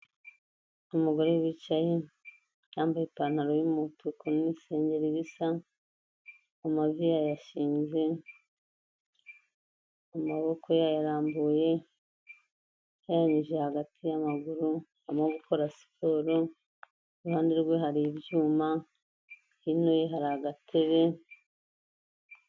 Umugore wicaye yambaye ipantaro y'umutuku n'isengeri bisa, amavi yayashinze, amaboko yayarambuye yayanyujije hagati y'amaguru, arimo gukora siporo, iruhande rwe hari ibyuma, hino ye hari agatebe.